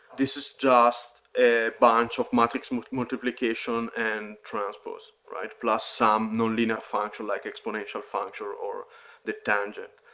this is just a bunch of matrix multiplication and transpose, right? plus some no-linear function, like exponential function or or the tangent.